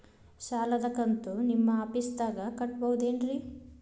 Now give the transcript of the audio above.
ಸಾಲದ ಕಂತು ನಿಮ್ಮ ಆಫೇಸ್ದಾಗ ಕಟ್ಟಬಹುದೇನ್ರಿ?